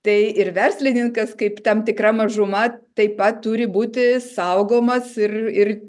tai ir verslininkas kaip tam tikra mažuma taip pat turi būti saugomas ir ir